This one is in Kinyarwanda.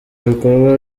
bikorwa